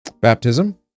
Baptism